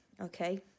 okay